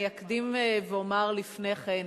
אני אקדים ואומר לפני כן: